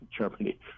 Germany